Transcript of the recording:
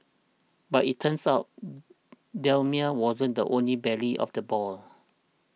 but it turns out Daimler wasn't the only belle of the ball